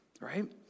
right